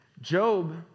Job